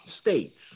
states